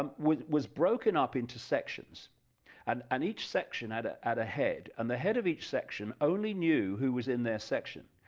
um was was broken up into sections and and each section had ah a head, and the head of each section only knew who was in their section